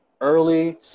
early